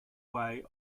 way